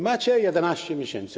Macie 11 miesięcy.